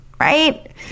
right